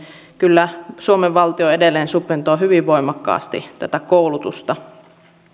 kyllä suomen valtio edelleen subventoi hyvin voimakkaasti tätä koulutusta